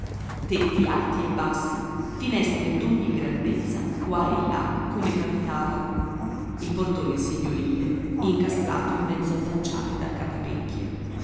tetti alti e bassi finestre d'ogni grandezza qua e là come capitava il portone signorile incastrato in mezzo a facciate da catapecchie